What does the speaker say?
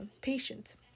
patient